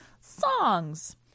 Songs